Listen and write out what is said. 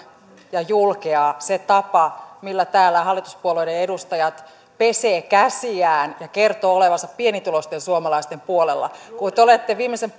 ja julkea se tapa millä täällä hallituspuolueiden edustajat pesevät käsiään ja kertovat olevansa pienituloisten suomalaisten puolella kun te te olette viimeisen